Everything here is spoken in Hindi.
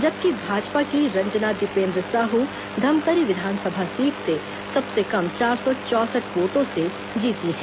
जबकि भाजपा की रंजना दीपेन्द्र साहू धमतरी विधानसभा सीट से सबसे कम चार सौ चौंसठ वोटों से जीती हैं